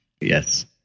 yes